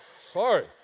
sorry